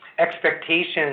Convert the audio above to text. expectations